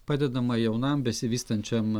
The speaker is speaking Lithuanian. padedama jaunam besivystančiam